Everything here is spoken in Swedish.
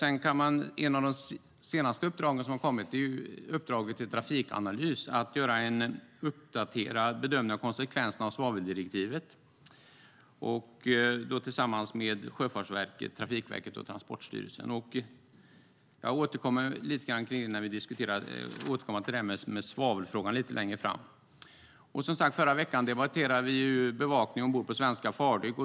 Ett av de senaste uppdragen som har kommit är uppdraget till Trafikanalys att göra en uppdaterad bedömning av konsekvenserna av svaveldirektivet tillsammans med Sjöfartsverket, Trafikverket och Transportstyrelsen. Jag återkommer lite grann kring det när det handlar om svavelfrågan längre fram. Förra veckan debatterade vi som sagt bevakning ombord på svenska fartyg.